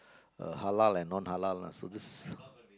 uh halal and non halal lah so this is